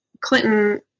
Clinton